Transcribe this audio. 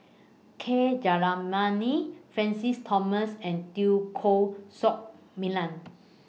K Jayamani Francis Thomas and Teo Koh Sock Miang